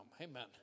Amen